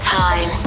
time